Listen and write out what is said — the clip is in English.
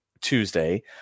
Tuesday